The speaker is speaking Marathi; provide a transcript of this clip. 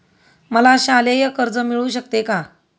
मला शालेय कर्ज मिळू शकते का?